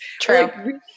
True